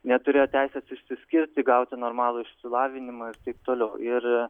neturėjo teisės išsiskirti gauti normalų išsilavinimą ir taip toliau ir